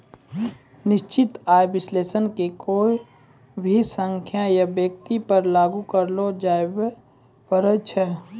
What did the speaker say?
निश्चित आय विश्लेषण के कोय भी संख्या या व्यक्ति पर लागू करलो जाबै पारै छै